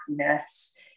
happiness